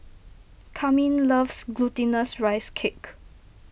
Carmine loves Glutinous Rice Cake